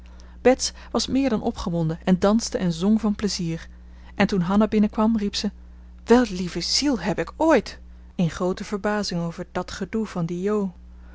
bets was meer dan opgewonden en danste en zong van plezier en toen hanna binnenkwam riep ze wel lieve ziel heb ik ooit in groote verbazing over dat gedoe van die